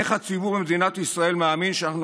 איך הציבור במדינת ישראל מאמין שאנחנו